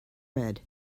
red